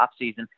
offseason